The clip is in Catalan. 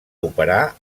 operar